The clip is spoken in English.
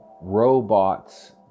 robots